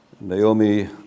Naomi